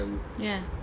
ya